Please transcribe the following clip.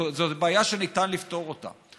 וזו בעיה שניתן לפתור אותה.